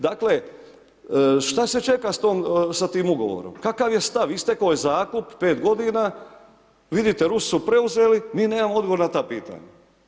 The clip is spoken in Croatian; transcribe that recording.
Dakle, šta se čeka s tom, sa tim ugovorom, kakav je stav istekao je zakup 5 godina, vidite Rusi su preuzeli, mi nemamo odgovor na ta pitanja.